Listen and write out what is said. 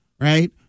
right